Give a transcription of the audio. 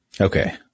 Okay